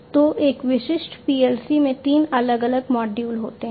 तो एक विशिष्ट PLC में तीन अलग अलग मॉड्यूल होते हैं